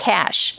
Cash